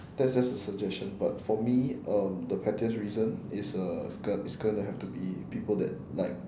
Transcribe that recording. that's just a suggestion but for me um the pettiest reason is uh is go~ is gonna have to be people that like